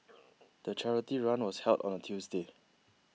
the charity run was held on a Tuesday